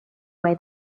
way